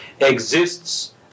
exists